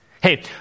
Hey